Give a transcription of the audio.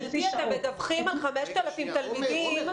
גברתי, אתם מדווחים על 5,000 תלמידים.